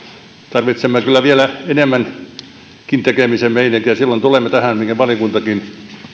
tarvitsemme kyllä vielä enemmänkin tekemisen meininkiä silloin tulemme tähän mihin valiokuntakin